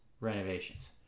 renovations